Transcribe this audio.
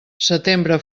setembre